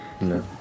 No